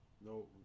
No